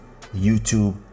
youtube